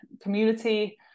community